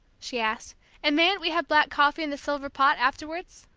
she asked and mayn't we have black coffee in the silver pot, afterwards?